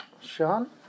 Sean